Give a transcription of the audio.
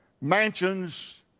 mansions